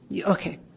Okay